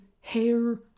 hair